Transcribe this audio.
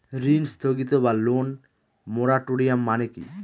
ঋণ স্থগিত বা লোন মোরাটোরিয়াম মানে কি?